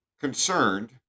concerned